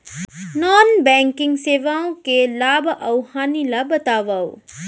non banking सेवाओं के लाभ अऊ हानि ला बतावव